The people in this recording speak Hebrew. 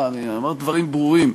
אני אומר דברים ברורים.